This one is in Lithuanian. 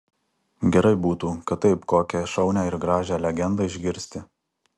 gerai būtų kad taip kokią šaunią ir gražią legendą išgirsti